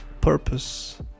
purpose